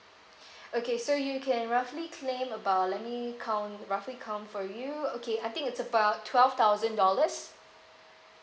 okay so you can roughly claim about let me count roughly count for you okay I think it's about twelve thousand dollars